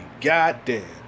goddamn